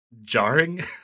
jarring